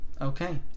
Okay